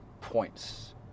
points